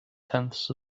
tenths